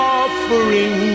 offering